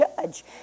judge